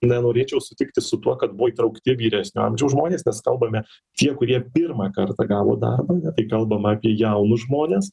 nenorėčiau sutikti su tuo kad buvo įtraukti vyresnio amžiaus žmonės nes kalbame tie kurie pirmą kartą gavo darbą ane tai kalbama apie jaunus žmones